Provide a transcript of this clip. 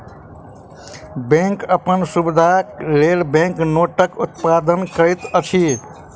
bank अपन सुविधाक लेल बैंक नोटक उत्पादन करैत अछि